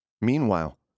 Meanwhile